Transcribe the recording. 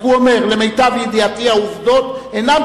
רק הוא אומר: למיטב ידיעתי העובדות אינן